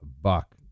buck